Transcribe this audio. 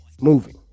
Moving